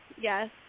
yes